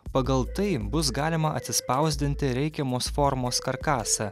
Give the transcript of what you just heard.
pagal tai bus galima atsispausdinti reikiamos formos karkasą